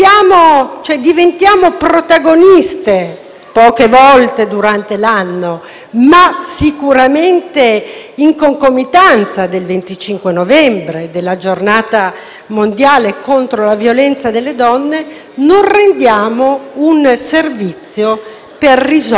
poche volte durante l'anno, ma sicuramente in concomitanza del 25 novembre, della Giornata mondiale contro la violenza sulle donne - non rendiamo un servizio per risolvere o almeno tentare di risolvere